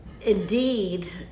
indeed